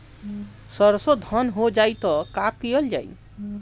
सरसो धन हो जाई त का कयील जाई?